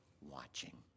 watching